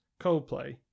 Coldplay